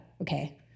okay